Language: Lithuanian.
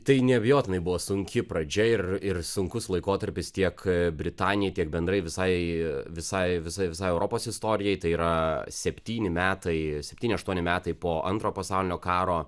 tai neabejotinai buvo sunki pradžia ir ir sunkus laikotarpis tiek britanijai tiek bendrai visai visai visai visai europos istorijai tai yra septyni metai septyni aštuoni metai po antro pasaulinio karo